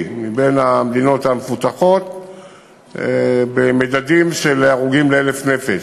מבין המדינות המפותחות במדדים של הרוגים ל-1,000 נפש.